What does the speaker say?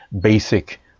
basic